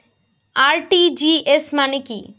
RTGS মানে কি?